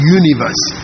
universe